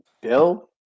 Bill